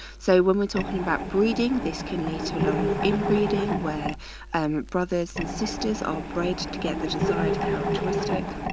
so when we're talking about breeding, this can lead to a lot of inbreeding where um brothers and sisters are bred to get the desired characteristic